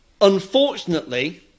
Unfortunately